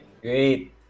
Great